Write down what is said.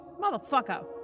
Motherfucker